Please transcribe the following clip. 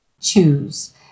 choose